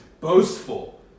boastful